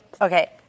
Okay